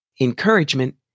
Encouragement